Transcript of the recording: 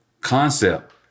concept